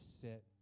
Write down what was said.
sit